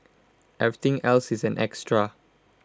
everything else is an extra